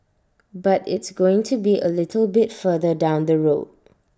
but it's going to be A little bit further down the road